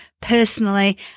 personally